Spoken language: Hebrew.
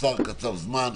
השר קצב זמן,